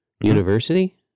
university